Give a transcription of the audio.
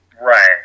right